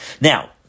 Now